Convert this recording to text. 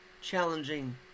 challenging